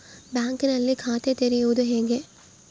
ಬ್ಯಾಂಕಿನಲ್ಲಿ ಖಾತೆ ತೆರೆಯುವುದು ಹೇಗೆ?